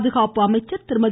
பாதுகாப்பு அமைச்சர் திருமதி